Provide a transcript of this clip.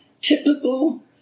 typical